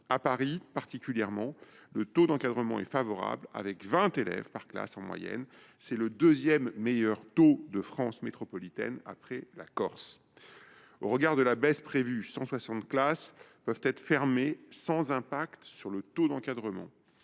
À Paris particulièrement, le taux d’encadrement est favorable : 20 élèves par classe en moyenne, soit le deuxième meilleur taux de France métropolitaine, après la Corse. Au regard de la baisse prévue, 160 classes peuvent être fermées sans impact sur le taux d’encadrement.